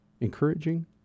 encouraging